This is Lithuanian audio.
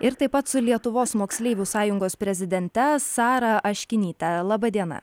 ir taip pat su lietuvos moksleivių sąjungos prezidente sara aškinyte laba diena